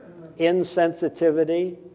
insensitivity